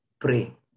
pray